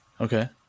Okay